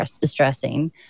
distressing